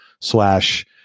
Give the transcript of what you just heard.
slash